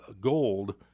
gold